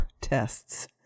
tests